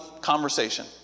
conversation